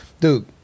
dude